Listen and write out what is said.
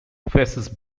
faces